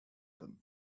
them